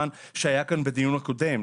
זה נוסף על תפקיד ובתוך התפקיד הזה,